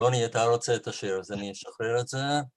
רוני, אתה רוצה את השיר אז אני אשחרר את זה